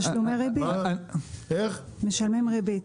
משלמים ריבית.